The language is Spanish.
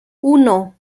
uno